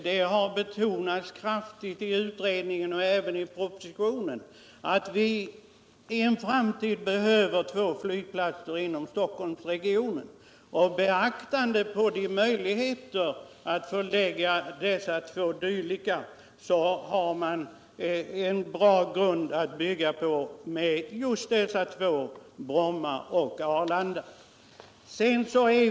Det har betonats kraftigt i utredningen och i propositionen att vi i en framtid behöver två flygplatser inom Stockholmsregionen. Då har man en bra grund i Bromma och Arlanda.